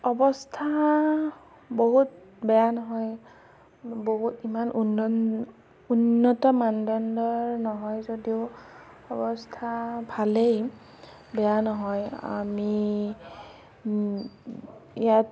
অৱস্থা বহুত বেয়া নহয় বহুত ইমান উন্নত মানদণ্ডৰ নহয় যদিও অৱস্থা ভালেই বেয়া নহয় আমি ইয়াত